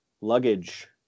Luggage